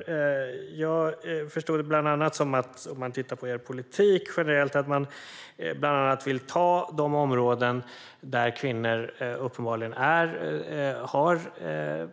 Om jag tittar på Moderaternas politik generellt förstår jag det som att man bland annat vill ta de områden där kvinnor uppenbarligen har det